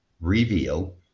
reveal